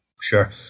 Sure